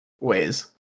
ways